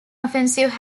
offensive